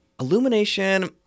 illumination